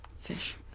Fish